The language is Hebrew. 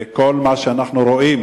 כל מה שאנחנו רואים,